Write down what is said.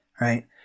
right